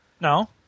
No